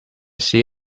see